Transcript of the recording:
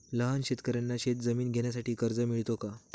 लहान शेतकऱ्यांना शेतजमीन घेण्यासाठी कर्ज मिळतो का?